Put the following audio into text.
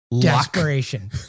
desperation